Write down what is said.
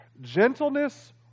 Gentleness